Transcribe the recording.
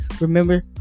Remember